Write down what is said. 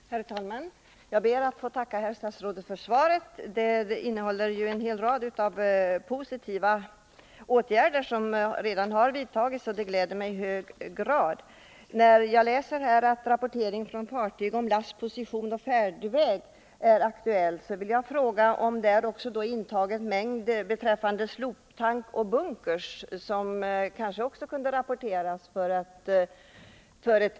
Herr talman! Jag ber att få tacka herr statsrådet för svaret. Det innehåller en hel rad positiva åtgärder, som redan har vidtagits, och det gläder mig i hög grad. När jag läser att rapportering från fartyg om last, position och färdväg är aktuell vill jag fråga om där också avses att uppgift skall lämnas om mängd beträffande sloptank och bunkers, som kanske också skulle kunna rapporteras för att man skall få ökad säkerhet.